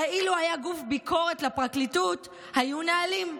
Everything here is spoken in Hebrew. הרי אילו היה גוף ביקורת לפרקליטות היו נהלים,